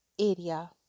area